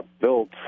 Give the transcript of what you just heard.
built